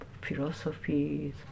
philosophies